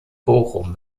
bochum